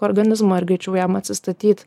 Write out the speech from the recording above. organizmą ir greičiau jam atsistatyt